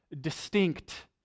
distinct